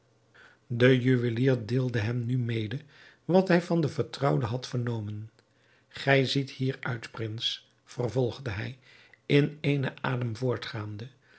de juwelier deelde hem nu mede wat hij van de vertrouwde had vernomen gij ziet hieruit prins vervolgde hij in eenen adem voortgaande